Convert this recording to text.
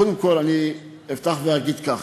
קודם כול, אפתח ואגיד כך: